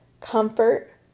comfort